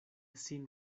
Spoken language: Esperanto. sin